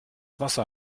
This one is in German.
wasser